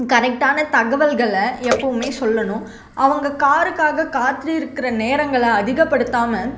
கரெக்டான தகவல்களை எப்போவுமே சொல்லணும் அவங்க காருக்காக காத்துருக்கிற நேரங்களை அதிகப்படுத்தாம